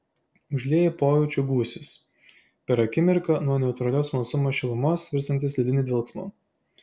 užlieja pojūčių gūsis per akimirką nuo neutralios smalsumo šilumos virstantis lediniu dvelksmu